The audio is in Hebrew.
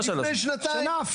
לפני שנתיים.